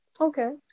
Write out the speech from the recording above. Okay